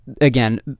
again